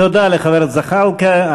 תודה לחבר הכנסת זחאלקה.